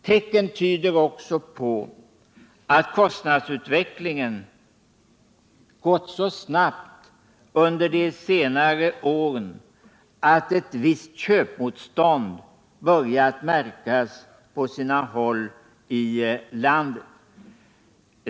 Tecken tyder också på att kostnadsutvecklingen gått så snabbt under de senaste åren att ett visst köpmotstånd börjat märkas på sina håll i landet.